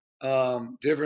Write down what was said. different